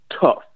tough